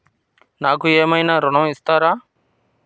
నాకు ఏమైనా ఋణం ఇస్తారా?